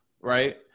right